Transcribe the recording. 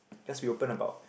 just be open about